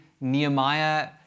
Nehemiah